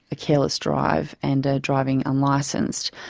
a careless drive, and driving unlicensed.